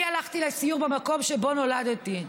אני הלכתי לסיור במקום שבו נולדתי,